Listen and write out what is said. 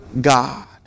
God